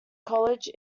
college